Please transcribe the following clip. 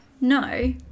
no